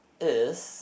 is